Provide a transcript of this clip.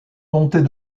montées